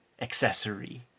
accessory